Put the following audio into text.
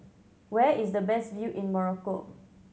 where is the best view in Morocco